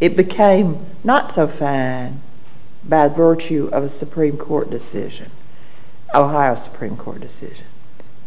it became not so bad virtue of a supreme court decision by a supreme court decision